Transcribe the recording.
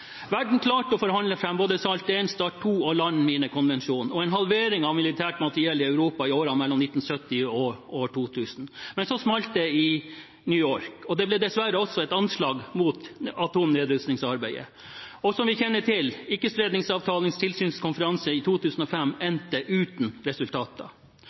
Verden klarte å forhandle fram både SALT I og START II og Landminekonvensjonen og en halvering av militært materiell i Europa i årene mellom 1970 og år 2000. Men så smalt det i New York, og det ble dessverre også et anslag mot atomnedrustningsarbeidet. Og som vi kjenner til, Ikkespredningsavtalens tilsynskonferanse i 2005 endte uten resultater.